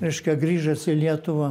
reiškia grįžęs į lietuvą